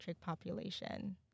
population